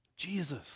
Jesus